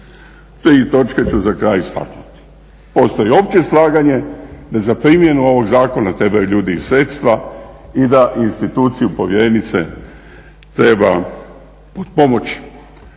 Tri točke ću za kraju istaknuti. Postoji opće slaganje za primjenu ovog zakona trebaju ljudi i sredstva i da instituciju povjerenice treba potpomoći.